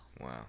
Wow